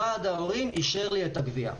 ועד ההורים אישר לי את הגביה.